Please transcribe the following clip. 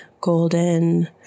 golden